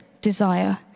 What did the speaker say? desire